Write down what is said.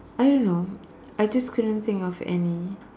I don't know I just couldn't think of any